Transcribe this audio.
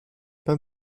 beim